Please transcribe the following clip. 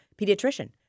pediatrician